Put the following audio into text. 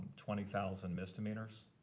twenty thousand misdemeanors.